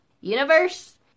Universe